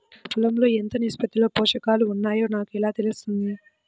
నా పొలం లో ఎంత నిష్పత్తిలో పోషకాలు వున్నాయో నాకు ఎలా తెలుస్తుంది?